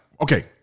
okay